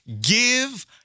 give